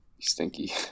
stinky